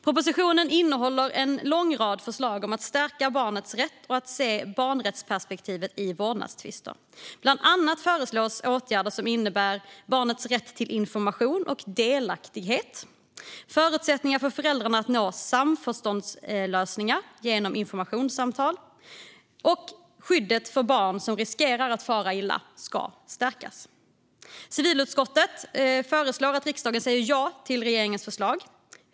Propositionen innehåller en lång rad förslag om att stärka barnets rätt och att se barnrättsperspektivet i vårdnadstvister. Bland annat föreslås åtgärder som innebär att barnets rätt till information och till delaktighet stärks, att förutsättningarna för föräldrarna att nå samförståndslösningar genom informationssamtal förbättras och att skyddet för barn som riskerar att fara illa ska stärkas. Civilutskottet föreslår att riksdagen säger ja till regeringens förslag.